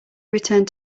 returned